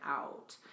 out